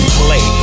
play